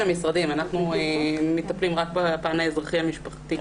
המשרדים אנחנו מטפלים רק בפן האזרחי-המשפחתי,